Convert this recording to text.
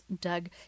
Doug